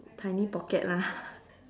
tiny pocket lah